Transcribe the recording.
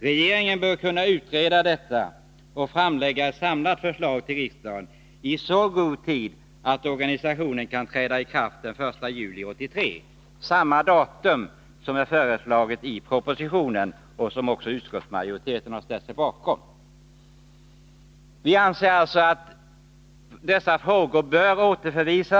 Regeringen bör kunna utreda detta och framlägga ett samlat förslag till riksdagen i så god tid att organisationen kan träda i kraft den 1 juli 1983, samma datum som är föreslaget i propositionen och som även utskottsmajoriteten ställt sig bakom. Vi anser alltså att dessa frågor bör återförvisas.